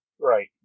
Right